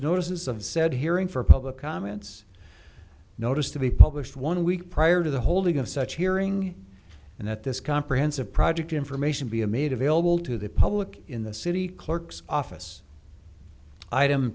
notices of said hearing for public comments notice to be published one week prior to the holding of such hearing and that this comprehensive project information be a made available to the public in the city clerk's office item